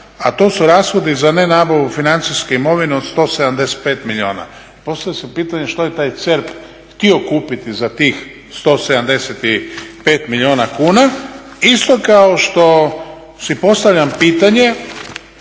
a to su rashodi za nenabavu financijske imovine od 175 milijuna. Postavlja se pitanje što je taj CERP htio kupiti za tih 175 milijuna kuna? Isto kao što si postavljam pitanje,